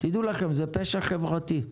דעו לכם, זה פשע חברתי.